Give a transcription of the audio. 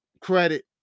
credit